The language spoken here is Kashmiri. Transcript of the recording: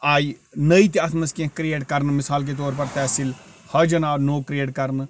آیہِ نٔے تہِ اَتھ منٛز کیٚنٛہہ کرٛیٹ کرنہٕ مثال کے طور پر تٔحصیٖل حاجن آو نوٚو کرٛیٹ کرنہٕ